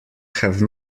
have